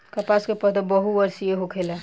कपास के पौधा बहुवर्षीय होखेला